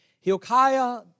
Hilkiah